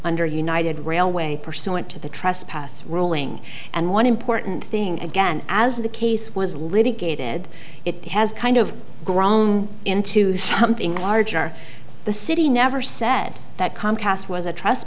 under united railway pursuant to the trespass ruling and one important thing again as the case was litigated it has kind of grown into something larger the city never said that comcast was a